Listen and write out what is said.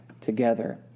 together